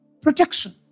Protection